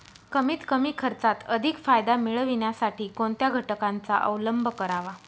कमीत कमी खर्चात अधिक फायदा मिळविण्यासाठी कोणत्या घटकांचा अवलंब करावा?